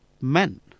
men